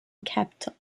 capital